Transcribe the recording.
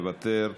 מוותר,